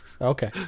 Okay